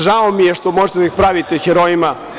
Žao mi je što možete da ih pravite herojima.